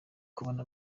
kubona